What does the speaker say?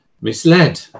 misled